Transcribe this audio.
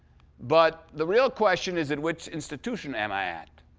but the real question is, at which institution am i at?